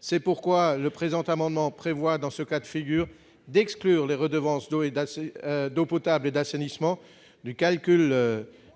C'est pourquoi le présent amendement prévoit, dans ce cas de figure, d'exclure les redevances d'eau potable et d'assainissement du calcul